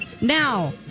now